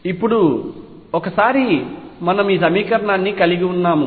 ఇప్పుడు ఒకసారి మనము ఈ సమీకరణాన్ని కలిగి ఉన్నాము